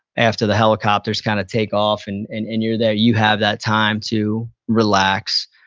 after the helicopters kind of take off and and and you're there, you have that time to relax,